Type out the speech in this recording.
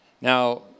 Now